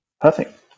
Perfect